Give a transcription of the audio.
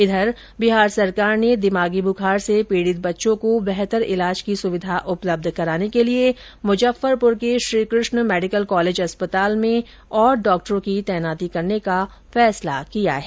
उधर बिहार सरकार ने दिमागी बुखार से पीड़ित बच्चों को बेहतर इलाज की सुविधा उपलब्ध कराने के लिए मुजफ्फरपुर के श्रीकृष्ण मेडिकल कॉलेज अस्पताल में और डॉक्टरों की तैनाती करने का फैसला किया है